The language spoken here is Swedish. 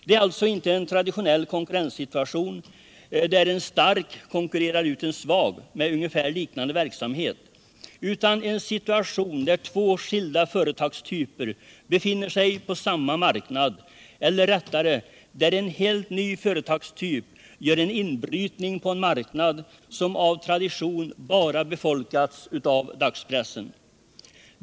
Det är alltså inte en traditionell konkurrenssituation, där en stark konkurrerar ut en svag med ungefär liknande verksamhet, utan det är en situation där två skilda företagstyper befinner sig på samma marknad -— eller rättare, där en helt ny företagstyp gör en inbrytning på en marknad, som av tradition befolkats bara av dagspressen.